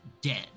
dead